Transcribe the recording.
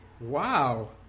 Wow